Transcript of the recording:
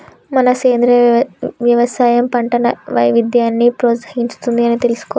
మనం సెంద్రీయ యవసాయం పంట వైవిధ్యాన్ని ప్రోత్సహిస్తుంది అని తెలుసుకోవాలి